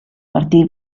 partì